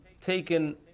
taken